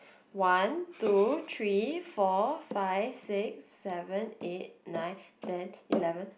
one two three four five six seven eight nine ten eleven